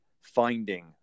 finding